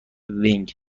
ونگ